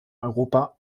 europa